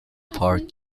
park